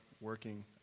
working